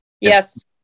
Yes